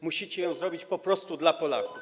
Musicie to zrobić po prostu dla Polaków.